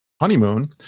honeymoon